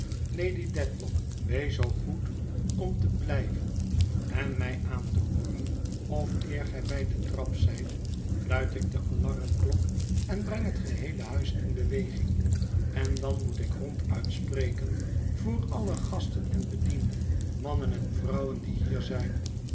lady dedlock wees zoo goed om te blijven en mij aan te hooren of eer gij bij de trap zijt luid ik de alarmklok en breng het geheele huis in beweging en dan moet ik ronduit spreken voor alle gasten en bedienden mannen en vrouwen die hier zijn